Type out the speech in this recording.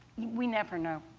we never know.